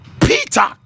peter